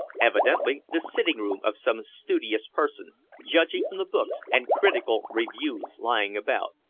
evidently the sitting-room of some studious person judging from the books and critical reviews lying about.